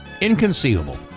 Inconceivable